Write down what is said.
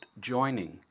joining